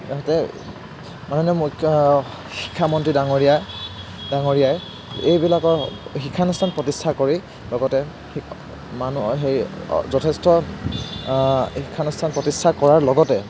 ইহঁতে মাননীয় মুখ্য় শিক্ষামন্ত্ৰী ডাঙৰীয়া ডাঙৰীয়াই এইবিলাকৰ শিক্ষানুষ্ঠান প্ৰতিষ্ঠা কৰি লগতে শিক মান হেৰি যথেষ্ট শিক্ষানুষ্ঠান প্ৰতিষ্ঠা কৰাৰ লগতে